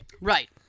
Right